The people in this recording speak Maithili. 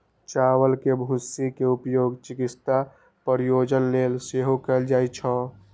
चावल के भूसी के उपयोग चिकित्सा प्रयोजन लेल सेहो कैल जाइ छै